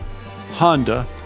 Honda